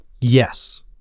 yes